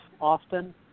often